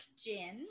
Gin